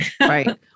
Right